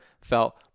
felt